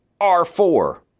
R4